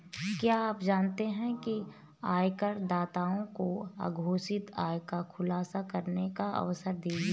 क्या आप जानते है आयकरदाताओं को अघोषित आय का खुलासा करने का अवसर देगी?